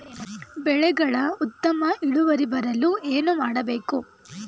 ಬೆಳೆಗಳ ಉತ್ತಮ ಇಳುವರಿ ಬರಲು ಏನು ಮಾಡಬೇಕು?